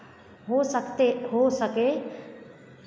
हो सकते हो सके